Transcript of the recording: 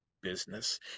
business